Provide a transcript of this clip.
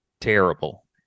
terrible